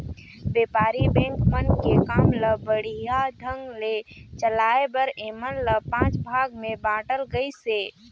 बेपारी बेंक मन के काम ल बड़िहा ढंग ले चलाये बर ऐमन ल पांच भाग मे बांटल गइसे